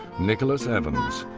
nicholas evans,